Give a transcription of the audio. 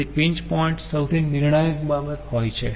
તેથી pinch point સૌથી નિર્ણાયક બાબત હોય છે